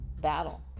battle